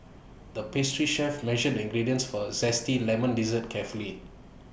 the pastry chef measured the ingredients for A Zesty Lemon Dessert carefully